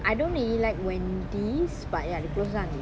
I don't really like wendy's but ya